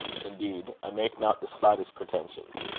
indeed, i make not the slightest pretensions.